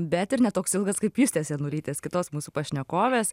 bet ir ne toks ilgas kaip justės janulytės kitos mūsų pašnekovės